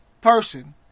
person